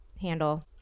handle